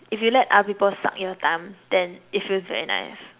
if you let other people suck your thumbs then it feels very nice